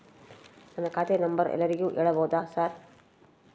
ನನ್ನ ಖಾತೆಯ ನಂಬರ್ ಎಲ್ಲರಿಗೂ ಹೇಳಬಹುದಾ ಸರ್?